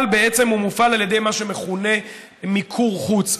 אבל בעצם הוא מופעל על ידי מה שמכונה מיקור חוץ.